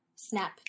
snap